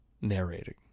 narrating